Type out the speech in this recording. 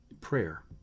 prayer